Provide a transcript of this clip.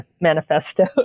manifesto